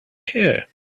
care